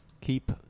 Keep